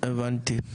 הבנתי.